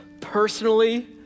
personally